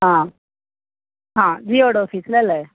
ആ ആ ജിയോയുടെ ഓഫീസിൽ അല്ലേ